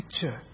picture